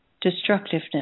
destructiveness